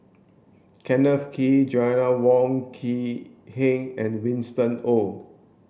Kenneth Kee Joanna Wong Quee Heng and Winston Oh